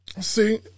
See